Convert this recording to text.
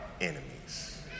enemies